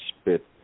spit